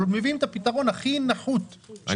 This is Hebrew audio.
מביאים את הפתרון הכי נחות שיכול להיות.